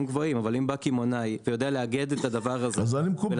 אבל אם בא קמעונאי ויודע לאגד את הדבר הזה --- אבל עדיין,